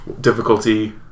Difficulty